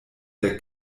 der